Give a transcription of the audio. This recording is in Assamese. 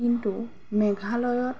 কিন্তু মেঘালয়ত